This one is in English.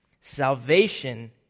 Salvation